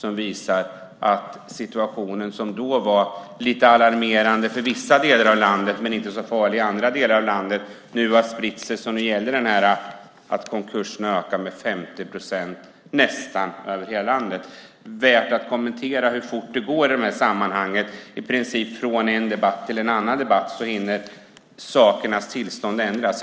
De visar att den situation som då var lite alarmerande för vissa delar av landet men inte så farlig i andra delar nu har spritt sig. Nu ökar konkurserna med 50 procent nästan över hela landet. Det är värt att kommentera hur fort det går i de här sammanhangen. Sakernas tillstånd hinner ändras i princip från en debatt till en annan.